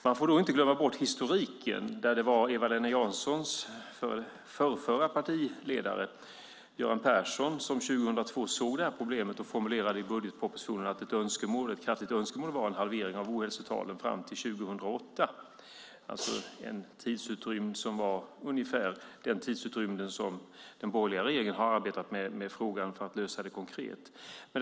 Man får inte glömma bort historiken, där det var Eva-Lena Janssons förrförra partiledare Göran Persson som 2002 såg detta problem och formulerade i budgetpropositionen att ett kraftigt önskemål var en halvering av ohälsotalen fram till 2008. Det var alltså en tidsrymd som var ungefär samma som den som den borgerliga regeringen har arbetat med för att konkret lösa frågan.